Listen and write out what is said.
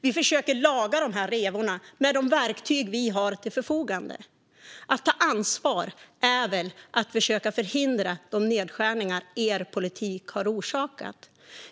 Vi försöker laga de här revorna med de verktyg vi har till vårt förfogande. Att ta ansvar är väl att försöka förhindra de nedskärningar er politik har orsakat.